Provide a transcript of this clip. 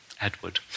Edward